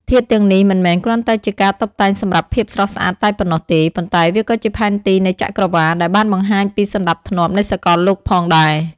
ធាតុទាំងនេះមិនមែនគ្រាន់តែជាការតុបតែងសម្រាប់ភាពស្រស់ស្អាតតែប៉ុណ្ណោះទេ ប៉ុន្តែវាក៏ជាផែនទីនៃចក្រវាឡដែលបានបង្ហាញពីសណ្តាប់ធ្នាប់នៃសកលលោកផងដែរ។